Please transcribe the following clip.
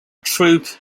troupe